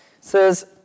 says